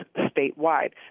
statewide